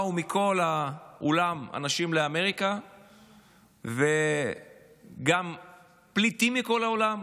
אנשים באו מכל העולם לאמריקה וגם פליטים מכל העולם,